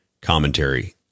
commentary